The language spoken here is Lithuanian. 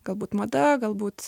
galbūt mada galbūt